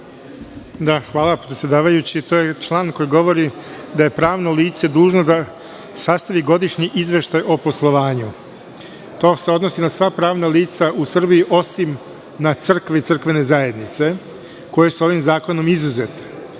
Hvala predsedavajući. To je član koji govori da je pravno lice dužno da sastavlja godišnji izveštaj o poslovanju. To se odnosi na sva pravna lica u Srbiji, osim na crkve i crkvene zajednice, koje su ovim zakonom izuzete. Ovde